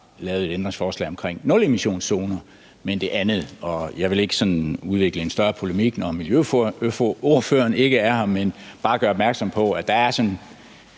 lavet et ændringsforslag omkring nulemissionszoner, men altså i det andet. Og jeg vil ikke sådan udvikle en større polemik, når miljøordføreren ikke er her, men bare gøre opmærksom på, at der altså